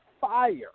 fire